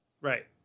right